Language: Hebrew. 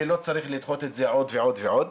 ולא צריך לדחות את זה עוד ועוד ועוד.